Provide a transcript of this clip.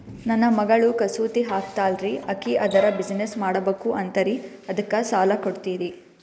ನನ್ನ ಮಗಳು ಕಸೂತಿ ಹಾಕ್ತಾಲ್ರಿ, ಅಕಿ ಅದರ ಬಿಸಿನೆಸ್ ಮಾಡಬಕು ಅಂತರಿ ಅದಕ್ಕ ಸಾಲ ಕೊಡ್ತೀರ್ರಿ?